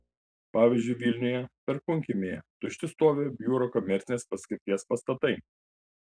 pavyzdžiui vilniuje perkūnkiemyje tušti stovi biuro komercinės paskirties pastatai